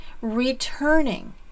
returning